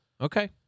Okay